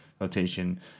rotation